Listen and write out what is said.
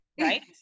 right